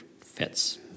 fits